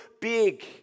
big